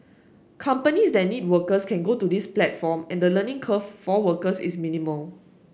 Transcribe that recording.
companies that need workers can go to this platform and the learning curve for workers is minimal